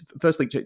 firstly